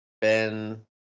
Ben